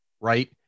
right